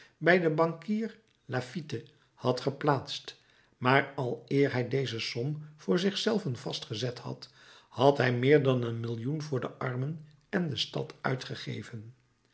bij den bankier laffitte had geplaatst maar aleer hij deze som voor zich zelven vastgezet had had hij meer dan een millioen voor de armen en de stad uitgegeven